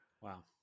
Wow